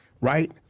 right